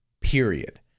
period